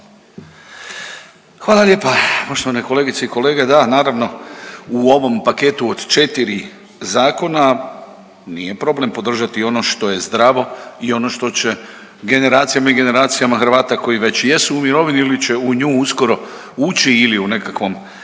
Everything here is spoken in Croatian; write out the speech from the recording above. Hvala lijepa poštovane kolegice i kolege. Da, naravno u ovom paketu od četiri zakona nije problem podržati i ono što je zdravo i ono što će generacijama i generacijama Hrvata koji već jesu u mirovini ili će u nju uskoro ući ili u nekakvom